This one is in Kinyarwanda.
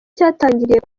cyatangiriye